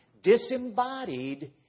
disembodied